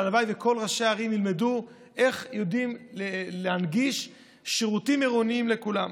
הלוואי שכל ראשי הערים ילמדו איך יודעים להנגיש שירותים עירוניים לכולם.